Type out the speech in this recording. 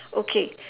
okay